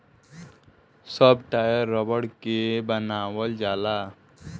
सब टायर रबड़ के बनावल जाला